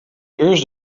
curse